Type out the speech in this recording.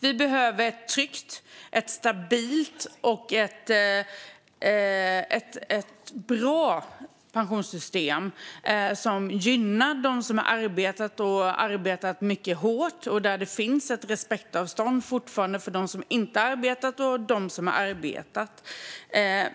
Vi behöver ett tryggt, stabilt och bra pensionssystem som gynnar dem som har arbetat och gjort det mycket hårt. Det ska fortfarande finnas ett respektavstånd mellan dem som inte har arbetat och dem som har arbetat.